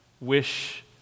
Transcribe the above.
wish